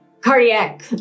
cardiac